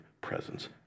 presence